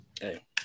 Hey